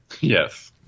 yes